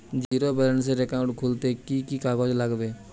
Zero ব্যালেন্সের account খুলতে কি কি কাগজ লাগবে?